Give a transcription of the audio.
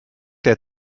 der